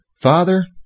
Father